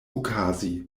okazi